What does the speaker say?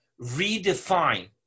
redefine